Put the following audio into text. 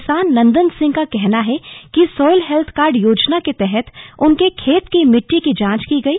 किसान नंदन सिंह का केहना है कि सॉइल हेल्थ कार्ड योजना के तहत उनके खेत की मिट्टी की जांच की गई